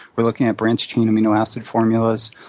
we're looking at branched-chain amino acid formulas.